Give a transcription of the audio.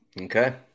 Okay